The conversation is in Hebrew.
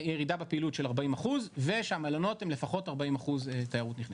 ירידה בפעילות של 40% ושהמלונות הם לפחות 40% תיירות נכנסת.